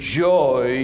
joy